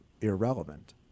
irrelevant